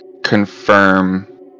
Confirm